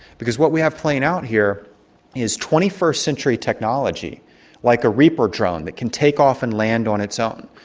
because what he have playing out here is twenty first century technology like a reaper drone that can take off and land on its own.